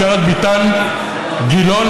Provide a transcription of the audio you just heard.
פשרת ביטן-גילאון